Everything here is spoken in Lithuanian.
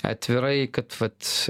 atvirai kad vat